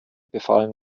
befallen